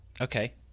Okay